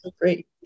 great